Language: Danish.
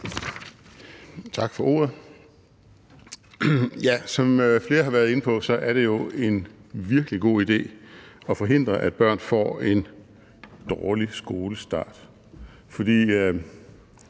Tak for ordet. Som flere har været inde på, er det jo en virkelig god idé at forhindre, at børn får en dårlig skolestart. Helt